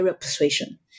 persuasion